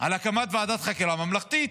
על הקמת ועדת חקירה ממלכתית.